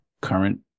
current